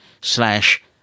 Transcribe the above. slash